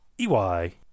EY